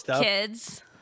kids